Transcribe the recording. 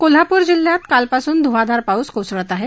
कोल्हापूर जिल्ह्यात कालपासून धुवांधार पाऊस कोसळत आहे